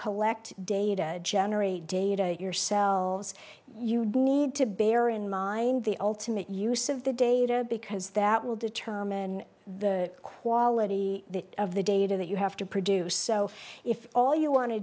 collect data generate data yourselves you need to bear in mind the ultimate use of the data because that will determine the quality of the data that you have to produce so if all you want to